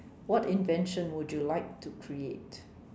what invention would you like to create